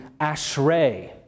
Ashrei